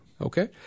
Okay